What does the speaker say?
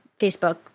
Facebook